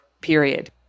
period